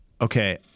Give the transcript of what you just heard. Okay